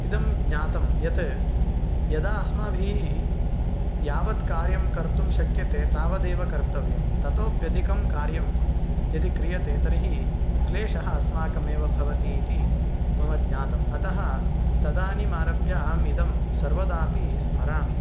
इदं ज्ञातं यत् यदा अस्माभिः यावत् कार्यं कर्तुं शक्यते तावदेव कर्तव्यं ततोप्यधिकं कार्यं यदि क्रियते तर्हि क्लेशः अस्माकमेव भवतीति मम ज्ञातम् अतः तदानीमारभ्य अहमिदं सर्वदापि स्मरामि